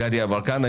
מבקש